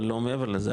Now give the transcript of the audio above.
אבל לא מעבר לזה,